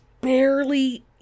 barely